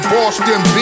Boston